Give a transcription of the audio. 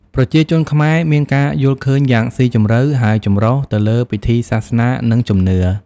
ប្រជាជនខ្មែរមានការយល់ឃើញយ៉ាងស៊ីជម្រៅ ហើយចម្រុះទៅលើពិធីសាសនា និងជំនឿ។